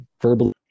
verbally